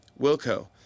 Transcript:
Wilco